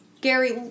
Gary